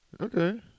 Okay